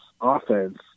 offense